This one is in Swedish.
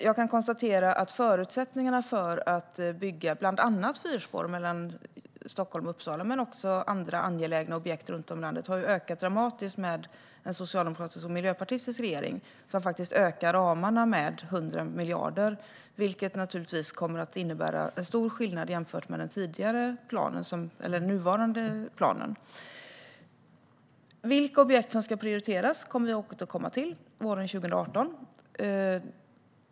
Jag kan konstatera att förutsättningarna för att bygga bland annat fyrspår mellan Stockholm och Uppsala och andra angelägna objekt runt om i landet har ökat dramatiskt med en socialdemokratisk och miljöpartistisk regering, som faktiskt har ökat ramarna med 100 miljarder, vilket naturligtvis kommer att innebära stor skillnad jämfört med den nuvarande planen. Vilka objekt som ska prioriteras kommer vi att återkomma till våren 2018.